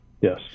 Yes